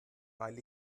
weil